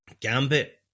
Gambit